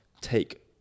take